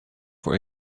for